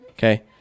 Okay